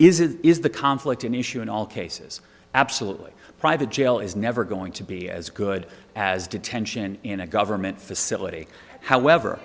is it is the conflict an issue in all cases absolutely private jail is never going to be as good as detention in a government facility however